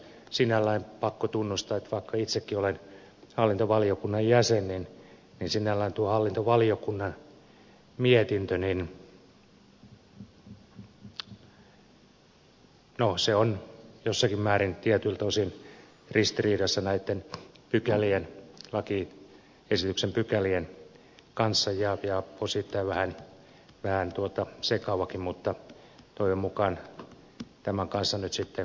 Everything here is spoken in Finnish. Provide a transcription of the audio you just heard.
sinällään on pakko tunnustaa että vaikka itsekin olen hallintovaliokunnan jäsen sinällään tuo hallintovaliokunnan mietintö on jossakin määrin tietyiltä osin ristiriidassa lakiesityksen pykälien kanssa ja osittain vähän sekavakin mutta toivon mukaan tämän kanssa nyt sitten voidaan elää